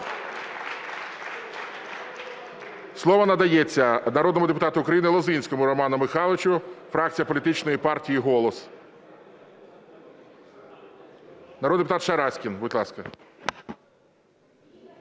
Слово надається народному депутату України Лозинському Роману Михайловичу, фракція політичної партії "Голос". Народний депутат Шараськін, будь ласка.